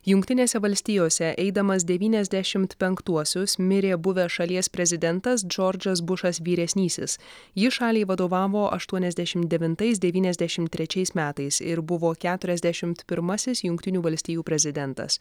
jungtinėse valstijose eidamas devyniasdešimt penktuosius mirė buvęs šalies prezidentas džordžas bušas vyresnysis jis šaliai vadovavo aštuoniasdešimt devintais devyniasdešimt trečiais metais ir buvo keturiasdešimt pirmasis jungtinių valstijų prezidentas